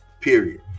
Period